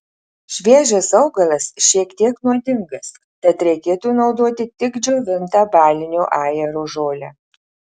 šviežias augalas šiek tiek nuodingas tad reikėtų naudoti tik džiovintą balinio ajero žolę